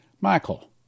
Michael